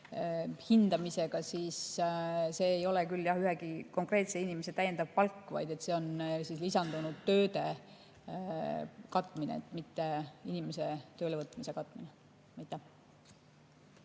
hindamisega, siis see ei ole küll ühegi konkreetse inimese täiendav palk, vaid see on lisandunud tööde katmine, mitte inimese töölevõtmise katmine. Aitäh!